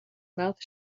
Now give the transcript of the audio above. mouth